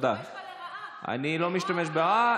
אני לא בסדר.